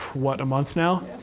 what, a month now,